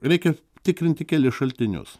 reikia tikrinti kelis šaltinius